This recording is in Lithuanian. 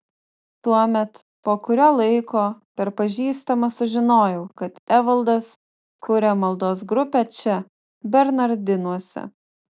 tuomet po kurio laiko per pažįstamą sužinojau kad evaldas kuria maldos grupę čia bernardinuose